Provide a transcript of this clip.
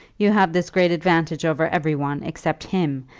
you have this great advantage over every one, except him,